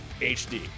HD